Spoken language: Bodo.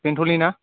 बेंथलनि ना